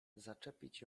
zaczepić